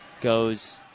goes